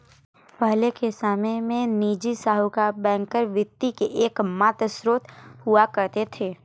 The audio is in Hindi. पहले के समय में निजी साहूकर बैंकर वित्त के एकमात्र स्त्रोत हुआ करते थे